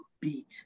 beat